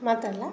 ಮಾತಾಡ್ಲಾ